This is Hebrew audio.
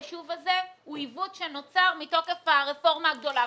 היישוב הזה הוא עיוות שנוצר מתוקף הרפורמה הגדולה,